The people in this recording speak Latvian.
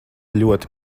ļoti